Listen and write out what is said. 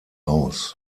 aus